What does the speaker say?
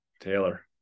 Taylor